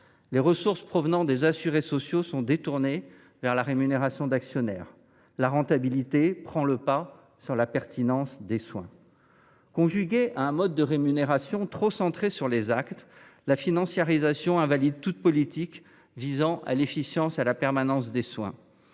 Les ressources provenant des assurés sociaux sont détournées vers la rémunération d’actionnaires. La rentabilité prend le pas sur la pertinence des soins. Conjuguée à un mode de rémunération trop centré sur les actes, la financiarisation invalide toute politique visant à l’efficience et à la permanence des soins.